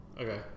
Okay